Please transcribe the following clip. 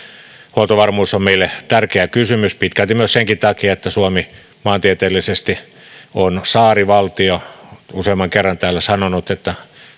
huoltovarmuus on meille tärkeä kysymys pitkälti myös senkin takia että suomi maantieteellisesti on saarivaltio olen useamman kerran täällä sanonut että